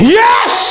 yes